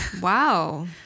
Wow